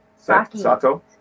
Sato